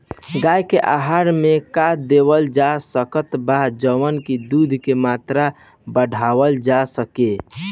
गाय के आहार मे का देवल जा सकत बा जवन से दूध के मात्रा बढ़ावल जा सके?